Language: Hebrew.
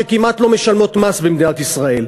שכמעט לא משלמות מס במדינת ישראל.